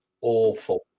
awful